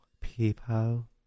People